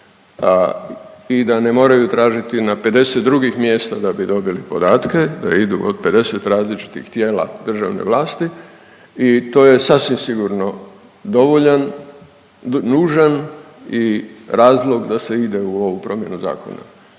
i da ne moraju tražiti na 50 drugih mjesta da bi dobili podatke, da idu od 50 različitih tijela državne vlasti i to je sasvim sigurno dovoljan, nužan i razlog da se ide u ovu promjenu zakona,